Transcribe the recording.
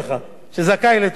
אמרתי את זה בפתיח,